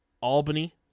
Albany